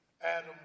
Adam